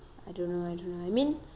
I don't know I don't know I mean